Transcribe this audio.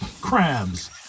crabs